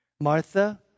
Martha